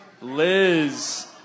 Liz